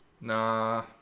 Nah